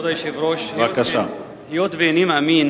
כבוד היושב-ראש, היות שאיני מאמין